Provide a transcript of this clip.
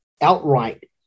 outright